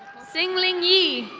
sing ling yee.